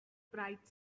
bright